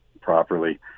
properly